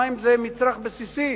מים זה מצרך בסיסי,